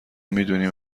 میدونی